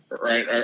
right